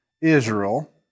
Israel